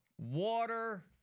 water